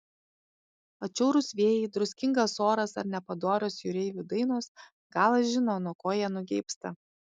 atšiaurūs vėjai druskingas oras ar nepadorios jūreivių dainos galas žino nuo ko jie nugeibsta